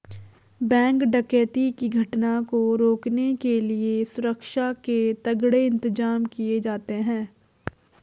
bank डकैती की घटना को रोकने के लिए सुरक्षा के तगड़े इंतजाम किए जाते हैं